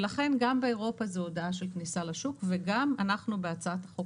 לכן גם באירופה זו הודעה של כניסה לשוק וגם אנחנו בהצעת החוק